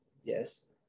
yes